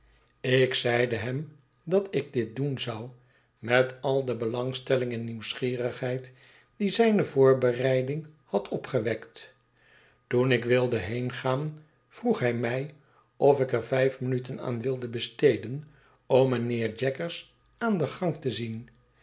ik zeide hem dat ik dit doen zou met al de belangstelling en nieuwsgierigheid die zijne voorbereiding had opgewekt toen ik wilde heengaan vroeg hij mij of ik er vijf min uteri aan wilde besteden om mijnheer jaggers aan den gang te zien